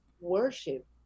worship